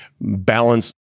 balance